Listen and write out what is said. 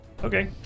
Okay